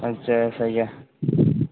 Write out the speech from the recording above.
अच्छा सही है